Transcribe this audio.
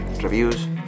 reviews